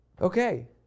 okay